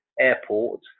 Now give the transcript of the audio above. airport